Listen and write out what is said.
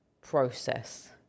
process